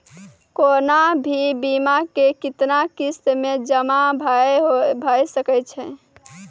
कोनो भी बीमा के कितना किस्त मे जमा भाय सके छै?